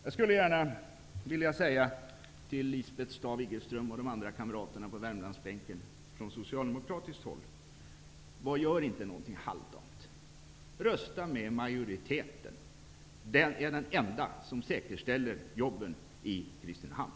Jag skulle gärna vilja säga till Lisbeth Staaf Igelström och de andra socialdemokratiska kamraterna på Värmlandsbänken: Gör inte något halvdant, rösta med majoriteten! Den är den enda som säkerställer jobben i Kristinehamn.